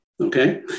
Okay